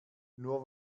nur